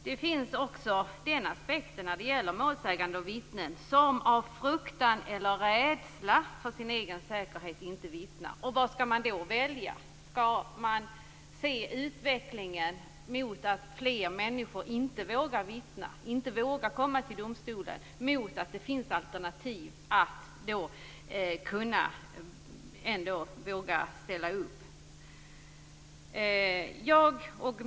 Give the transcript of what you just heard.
Det kan också finnas målsägande eller vittnen som av fruktan eller rädsla för sin egen säkerhet inte vittnar. Vad skall man då välja? Skall man åse en utveckling som innebär att fler människor inte vågar komma till domstolen och vittna, när det finns alternativ så att de kan våga ställa upp?